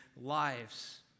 lives